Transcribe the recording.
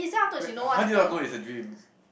wait how did you all know it's a dream